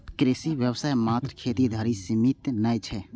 कृषि व्यवसाय मात्र खेती धरि सीमित नै छै